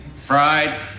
Fried